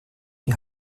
die